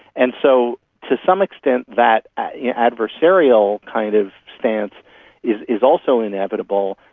and so to some extent that adversarial kind of stance is is also inevitable.